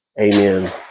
Amen